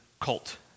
cult